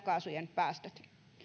f kaasujen päästöt